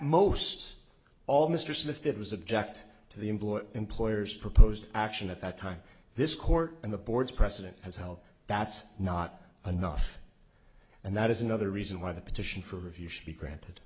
most all mr smith it was object to the employer employers proposed action at that time this court and the board's precedent has held that's not enough and that is another reason why the petition for review should be granted